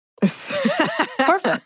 Perfect